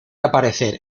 aparecer